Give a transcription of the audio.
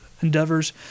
endeavors